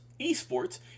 esports